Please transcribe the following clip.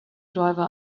driver